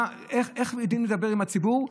איך הם יודעים לדבר עם הציבור?